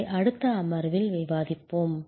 அதை அடுத்த அமர்வில் விவாதிப்போம்